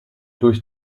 durch